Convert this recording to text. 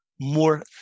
more